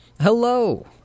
Hello